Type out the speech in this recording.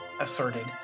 asserted